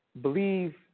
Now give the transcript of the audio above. believe